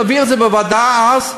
להעביר את זה בוועדה אז,